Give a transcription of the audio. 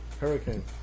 hurricane